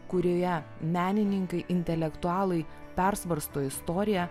kurioje menininkai intelektualai persvarsto istoriją